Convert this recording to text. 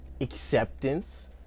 Acceptance